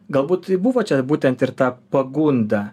galbūt buvo čia būtent ir ta pagunda